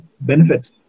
benefits